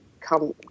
come